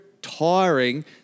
tiring